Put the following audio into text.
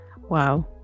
Wow